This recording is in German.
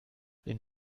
den